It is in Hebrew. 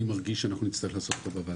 מרגיש שאנחנו נצטרך לעשות פה בוועדה.